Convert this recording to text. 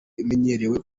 imenyerewe